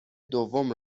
دوم